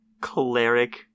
Cleric